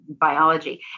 biology